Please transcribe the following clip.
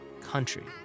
Country